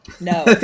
No